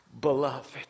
beloved